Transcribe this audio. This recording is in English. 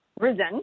risen